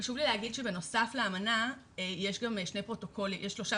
חשוב לי להגיד שבנוסף לאמנה יש גם שלושה